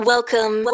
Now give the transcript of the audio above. Welcome